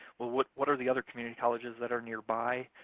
well, what what are the other community colleges that are nearby?